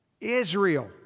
Israel